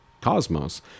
cosmos